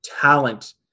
talent –